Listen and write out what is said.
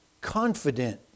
confident